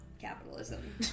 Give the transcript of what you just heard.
capitalism